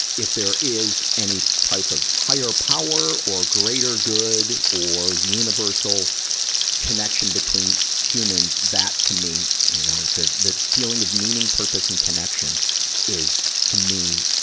if there is any type of higher power or greater good or universal connection between humans, that, to me, you know, the, the feeling of meaning, purpose, and connection is, to me,